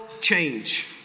change